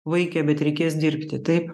vaike bet reikės dirbti taip